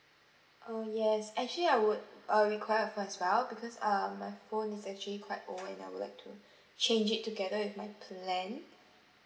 oh yes actually I would uh require a phone as well because err my phone is actually quite old and I would like to change it together with my plan